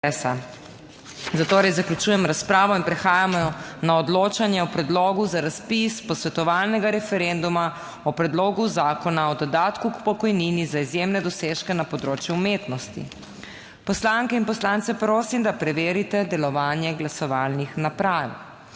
zatorej zaključujem razpravo. In prehajamo na odločanje o Predlogu za razpis posvetovalnega referenduma o Predlogu zakona o dodatku k pokojnini za izjemne dosežke na področju umetnosti. Poslanke in poslance prosim, da preverite delovanje glasovalnih naprav.